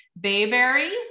bayberry